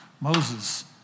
Moses